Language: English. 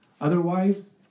Otherwise